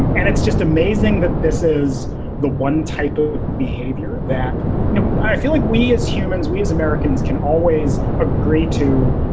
and and it's just amazing that this is the one type of behavior that you know i feel like we as humans, we as americans can always agree to.